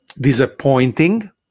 disappointing